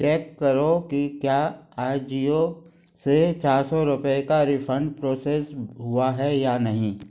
check करो की क्या आजिओ से चार सौ रुपये का रिफ़ंड प्रोसेस हुआ है या नहीं